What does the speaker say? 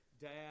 dad